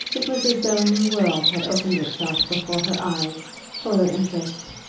it was as though a new world had opened itself before her eyes, full of interest,